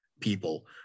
people